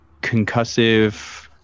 concussive